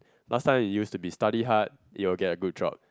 last time I used to be study hard you will get a good job